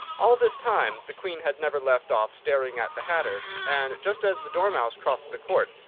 all this time the queen had never left off staring at the hatter, and, just as the dormouse crossed the court,